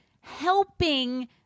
helping